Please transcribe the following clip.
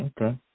Okay